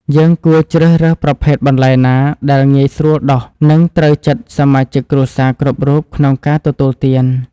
យើងគួរជ្រើសរើសប្រភេទបន្លែណាដែលងាយស្រួលដុះ និងត្រូវចិត្តសមាជិកគ្រួសារគ្រប់រូបក្នុងការទទួលទាន។